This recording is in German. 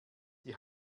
die